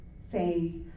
says